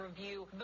review